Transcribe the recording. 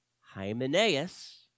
Hymenaeus